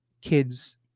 kids